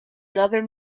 another